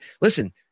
listen